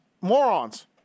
morons